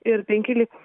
ir penki liko